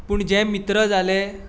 पूण जे मित्र जाले